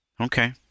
Okay